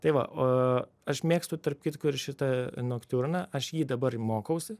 tai va o aš mėgstu tarp kitko ir šitą noktiurną aš jį dabar ir mokausi